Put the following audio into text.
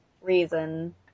reason